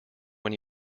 when